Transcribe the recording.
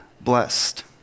blessed